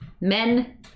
men